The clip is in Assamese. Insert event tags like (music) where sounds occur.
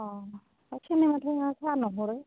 অঁ (unintelligible)